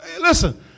Listen